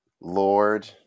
Lord